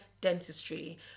dentistry